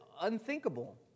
unthinkable